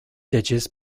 ditches